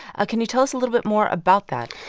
ah can you tell us a little bit more about that?